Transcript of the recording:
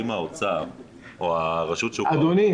אם האוצר או רשות שוק ההון --- אדוני,